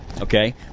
okay